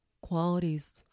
qualities